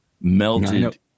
melted